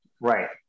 Right